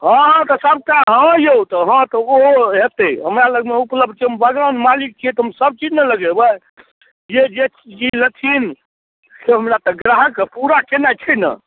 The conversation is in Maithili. हाँ तऽ सभटा हाँ यौ तऽ हाँ तऽ ओ हेतै हमरा लगमे उपलब्ध छै हम बगान मालिक छियै तऽ हम सभचीज ने लगेबै जे जे चीज लेथिन से हमरा तऽ ग्राहकके पूरा केनाइ छै ने